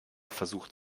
versucht